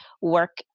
work